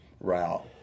route